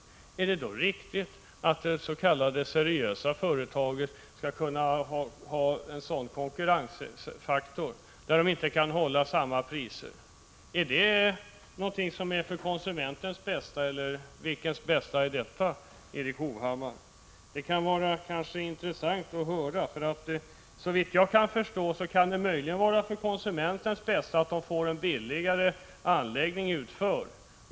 Är det riktigt att seriösa företagare skall ha en sådan konkurrens? De kan inte hålla samma priser. Är detta någonting för konsumentens bästa? För vems bästa är det, Erik Hovhammar? Det kan kanske vara intressant att höra. Såvitt jag kan förstå kan det möjligen vara för konsumentens bästa, som får en billigare anläggning utförd.